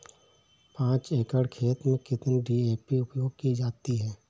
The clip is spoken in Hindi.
पाँच एकड़ खेत में कितनी डी.ए.पी उपयोग की जाती है?